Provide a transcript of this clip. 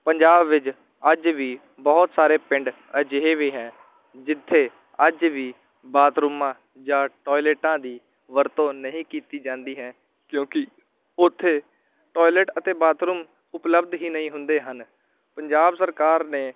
ਪੰਜਾਬ ਵਿਚ ਅੱਜ ਵੀ ਬਹੁਤ ਸਾਰੇ ਪਿੰਡ ਅਜਿਹੇ ਵੀ ਹੈ ਜਿੱਥੇ ਅੱਜ ਵੀ ਬਾਥਰੂਮਾਂ ਜਾਂ ਟੋਇਲਟਾਂ ਦੀ ਵਰਤੋਂ ਨਹੀਂ ਕੀਤੀ ਜਾਂਦੀ ਹੈ ਕਿਉਂਕਿ ਉੱਥੇ ਟੋਇਲਟ ਅਤੇ ਬਾਥਰੂਮ ਉਪਲਬਧ ਹੀ ਨਹੀਂ ਹੁੰਦੇ ਹਨ ਪੰਜਾਬ ਸਰਕਾਰ ਨੇ